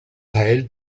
teil